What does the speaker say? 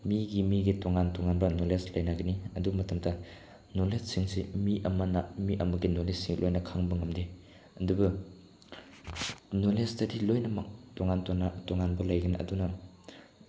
ꯃꯤꯒꯤ ꯃꯤꯒꯤ ꯇꯣꯉꯥꯟꯕ ꯅꯣꯂꯦꯖ ꯂꯩꯅꯒꯅꯤ ꯑꯗꯨ ꯃꯇꯝꯗ ꯅꯣꯂꯦꯖꯁꯤꯡꯁꯤ ꯃꯤ ꯑꯃꯅ ꯃꯤ ꯑꯃꯒꯤ ꯅꯣꯂꯦꯖꯁꯦ ꯂꯣꯏꯅ ꯈꯪꯕ ꯉꯝꯗꯦ ꯑꯗꯨꯒ ꯅꯣꯂꯦꯖꯇꯗꯤ ꯂꯣꯏꯅ ꯇꯣꯉꯥꯟ ꯇꯣꯉꯥꯟꯕ ꯂꯩꯒꯅꯤ ꯑꯗꯨꯅ